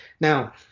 Now